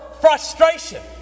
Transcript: frustration